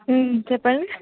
చెప్పండి